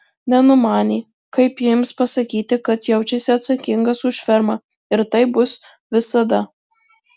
nenumanė kaip jiems pasakyti kad jaučiasi atsakingas už fermą ir taip bus visada